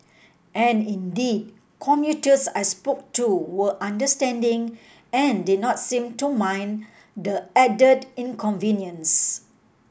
and indeed commuters I spoke to were understanding and did not seem to mind the added inconvenience